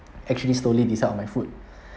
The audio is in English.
actually slowly decide on my food